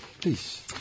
please